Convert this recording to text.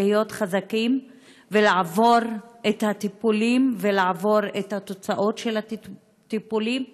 של להיות חזקים ולעבור את הטיפולים ולעבור את התוצאות של הטיפולים.